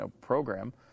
program